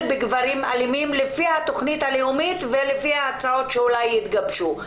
בגברים אלימים לפי התכנית הלאומית ולי ההצעות שאולי יתגבשו,